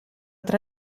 tra